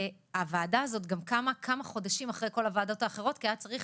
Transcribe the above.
הוועדה הזאת קמה כמה חודשים אחרי כל הוועדות האחרות כי היה צריך